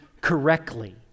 correctly